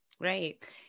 Right